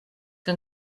que